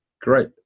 Great